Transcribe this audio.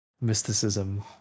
mysticism